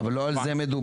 אבל לא על זה מדובר.